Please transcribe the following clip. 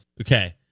okay